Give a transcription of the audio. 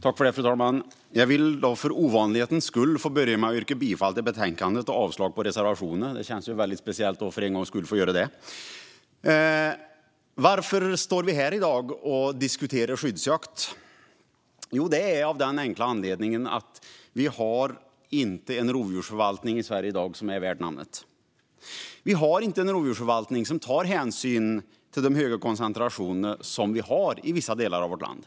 Fru talman! Jag vill börja med att för ovanlighetens skull yrka bifall till förslaget i betänkandet och avslag på reservationerna. Det känns väldigt speciellt att för en gångs skull få göra det. Varför står vi här i dag och diskuterar skyddsjakt? Jo, det är av den enkla anledningen att vi i Sverige i dag inte har en rovdjursförvaltning som är värd namnet. Vi har inte en rovdjursförvaltning som tar hänsyn till de höga koncentrationer av rovdjur som vi har i vissa delar av vårt land.